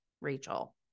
Rachel